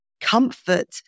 comfort